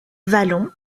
vallon